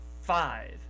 five